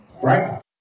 Right